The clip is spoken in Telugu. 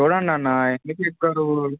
చూడండి అన్నా ఎందుకిస్తారు